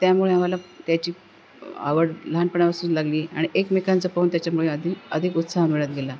त्यामुळे आम्हाला त्याची आवड लहानपणापासून लागली आणि एकमेकांचं पाहून त्याच्यामुळे अधिक अधिक उत्साह मिळत गेला